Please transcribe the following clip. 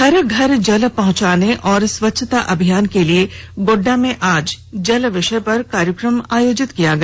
घर घर जल पहंचाने और स्वच्छता अभियान के लिए गोड्डा में आज जल विषय पर कार्यक्रम आयोजित किया गया